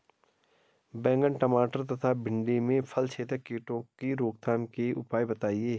बैंगन टमाटर तथा भिन्डी में फलछेदक कीटों की रोकथाम के उपाय बताइए?